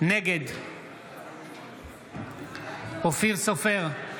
נגד אופיר סופר,